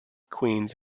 queens